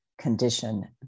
condition